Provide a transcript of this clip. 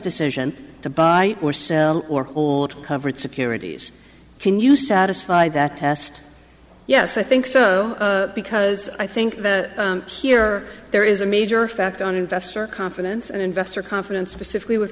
decision to buy or sell or hold coverage securities can you satisfied that test yes i think so because i think that here there is a major effect on investor confidence and investor confidence specifically with